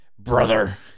brother